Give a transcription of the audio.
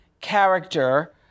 character